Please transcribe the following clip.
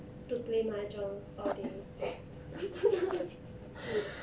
to play mahjong all day